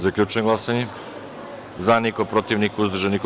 Zaključujem glasanje: za – niko, protiv – niko, uzdržan – niko.